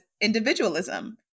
individualism